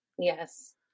Yes